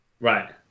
Right